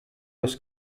los